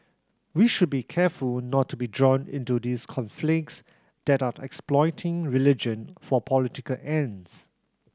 we should be careful not to be drawn into these conflicts that are the exploiting religion for political ends